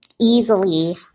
easily